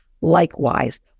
Likewise